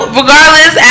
regardless